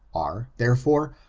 are, therefore,